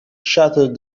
shattered